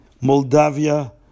Moldavia